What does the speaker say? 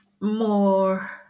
more